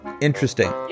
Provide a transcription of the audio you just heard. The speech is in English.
interesting